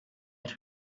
had